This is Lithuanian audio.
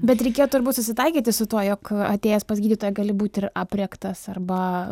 bet reikėjo turbūt susitaikyti su tuo jog atėjęs pas gydytoją gali būti ir aprėktas arba